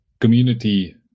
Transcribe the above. community